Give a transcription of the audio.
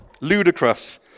ludicrous